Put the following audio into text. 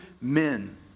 men